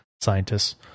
scientists